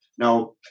Now